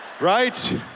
Right